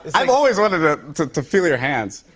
i've always wanted to to feel your hands.